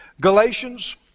Galatians